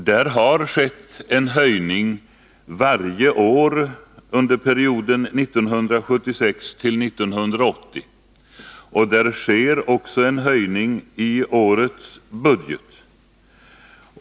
Där har det skett en höjning varje år under perioden 1976-1980, Nr 138 och där sker en höjning också i årets budget.